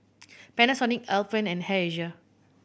Panasonic Alpen and Air Asia